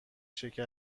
شکر